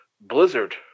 Blizzard